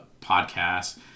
podcast